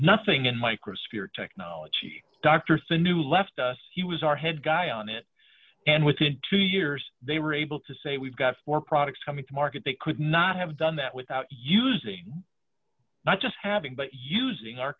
nothing in microspheres technology doctor syn new left us he was our head guy on it and within two years they were able to say we've got more products coming to market they could not have done that without using not just having but using our